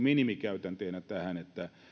minimikäytänteenä tähän että